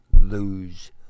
lose